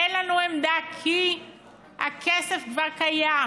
אין לנו עמדה, כי הכסף כבר קיים,